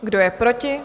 Kdo je proti?